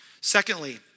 Secondly